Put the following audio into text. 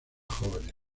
jóvenes